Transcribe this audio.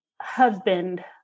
husband